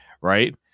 right